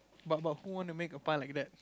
but but who want to make a pie like that